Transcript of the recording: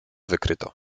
wykryto